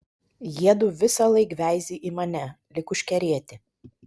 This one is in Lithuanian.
jiedu visąlaik veizi į mane lyg užkerėti